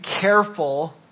careful